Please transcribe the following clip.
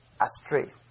astray